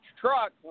truck